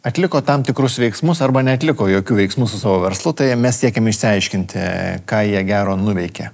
atliko tam tikrus veiksmus arba neatliko jokių veiksmų su savo verslu tai mes siekiam išsiaiškinti ką jie gero nuveikė